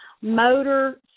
motor